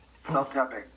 self-tapping